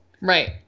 Right